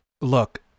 look